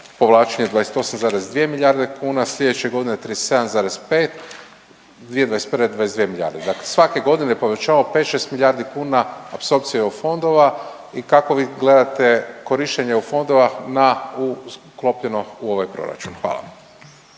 povlačenje 28,2 milijarde kuna sljedeće godine 37,5, 2021. 22 milijarde, dakle svake godine povećavamo pet, šest milijardi kuna apsorpciju fondova. I kako vi gledate korištenje eu fondova sklopljeno u ovaj proračun? Hvala.